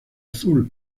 azul